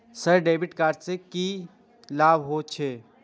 Sir debit card से की से की लाभ हे छे?